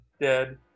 dead